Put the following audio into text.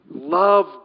love